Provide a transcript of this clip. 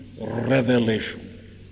revelation